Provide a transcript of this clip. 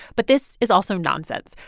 but this is also nonsense.